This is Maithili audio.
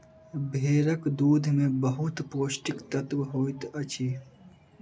भेड़क दूध में बहुत पौष्टिक तत्व होइत अछि